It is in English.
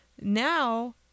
Now